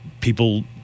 people